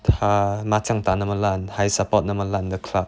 他麻将打那么烂还 support 那么烂的 club